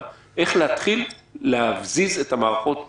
איך להתחיל להזיז את המערכות קדימה?